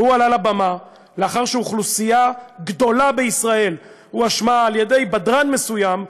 והוא עלה לבמה לאחר שאוכלוסייה גדולה בישראל הואשמה על-ידי בדרן מסוים,